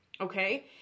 Okay